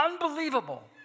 unbelievable